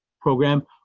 program